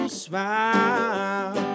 smile